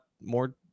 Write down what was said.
more